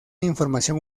información